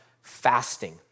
fasting